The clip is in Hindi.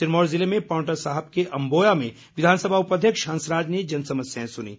सिरमौर जिले में पांवटा साहिब के अम्बोया में विधानसभा उपाध्यक्ष हंसराज ने जन समस्याएं सुनीं